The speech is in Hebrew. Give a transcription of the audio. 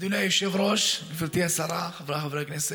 אדוני היושב-ראש, גברתי השרה, חבריי חברי הכנסת,